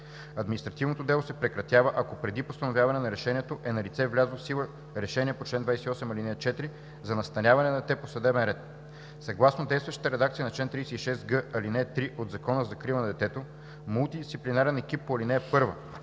Административното дело се прекратява, ако преди постановяване на решението е налице влязло в сила решение по чл. 28, ал. 4 за настаняване на дете по съдебен ред. Съгласно действащата редакция на чл. 36г, ал. 3 от Закона за закрила на детето мултидисциплинарен екип по ал. 1